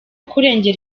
kurengera